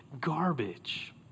garbage